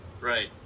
right